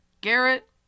Garrett